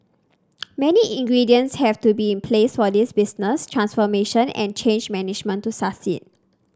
many ingredients have to be in place for this business transformation and change management to succeed